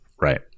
Right